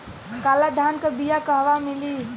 काला धान क बिया कहवा मिली?